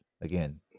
again